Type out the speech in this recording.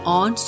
on